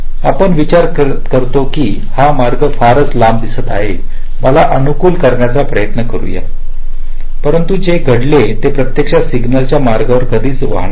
आपण विचार करतो की हा मार्ग फारच लांब दिसत आहे मला अनुकूल करण्याचा प्रयत्न करूया परंतु जे घडेल ते प्रत्यक्षात सिग्नल त्या मार्गावर कधीच वाहणार नाही